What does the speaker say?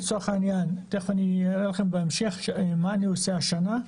לצורך העניין תכף אני אראה לכם בהמשך מה אני עושה השנה.